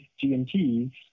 GMTs